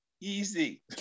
easy